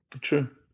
True